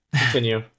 Continue